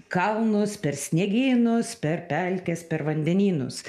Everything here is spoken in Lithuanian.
kalnus per sniegynus per pelkes per vandenynus